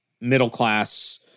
middle-class